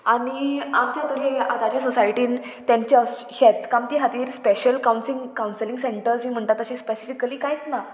आनी आमच्या तरी आतांच्या सोसायटीन तेंच्या शेतकामी खातीर स्पेशल कावन्सींग कावंसलींग सेंटर्स बी म्हणटा तशें स्पेसिफिकली कांयत ना